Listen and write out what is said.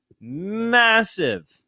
massive